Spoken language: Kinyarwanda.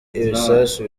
ibisasu